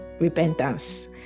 repentance